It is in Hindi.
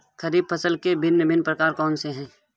खरीब फसल के भिन भिन प्रकार कौन से हैं?